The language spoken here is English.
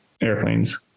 airplanes